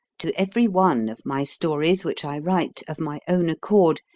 to every one of my stories which i write of my own accord,